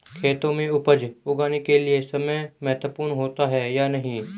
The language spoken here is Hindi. खेतों में उपज उगाने के लिये समय महत्वपूर्ण होता है या नहीं?